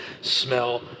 smell